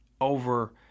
over